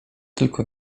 tylko